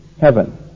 heaven